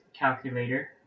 calculator